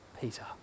Peter